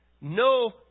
No